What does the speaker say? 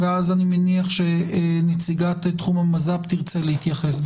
ואז אני מניח שנציגת תחום המז"פ תרצה להתייחס.